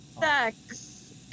Sex